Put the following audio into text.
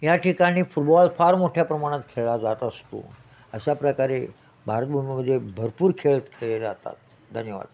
या ठिकाणी फुटबॉल फार मोठ्या प्रमाणात खेळला जात असतो अशा प्रकारे भारतभूमीमध्ये भरपूर खेळ खेळले जातात धन्यवाद